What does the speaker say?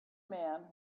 man